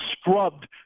scrubbed